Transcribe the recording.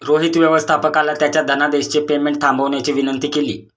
रोहित व्यवस्थापकाला त्याच्या धनादेशचे पेमेंट थांबवण्याची विनंती केली